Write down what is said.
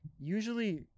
usually